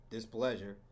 Displeasure